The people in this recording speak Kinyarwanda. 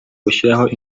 gushyiraho